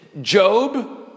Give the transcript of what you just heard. Job